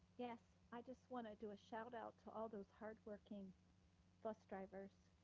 yes, i just wanna do a shout out to all those hardworking bus drivers,